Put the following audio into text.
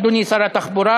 אדוני שר התחבורה,